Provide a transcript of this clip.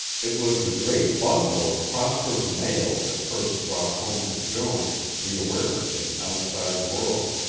it was the great bundle of prosper's mail that first brought home to joan the awareness of an outside world.